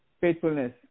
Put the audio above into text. faithfulness